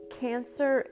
cancer